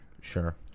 sure